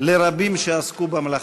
לרבים שעסקו במלאכה.